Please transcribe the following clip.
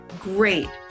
great